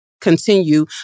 continue